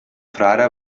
frare